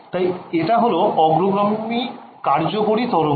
তাই এটা হল অগ্রগামী কার্যকরী তরঙ্গ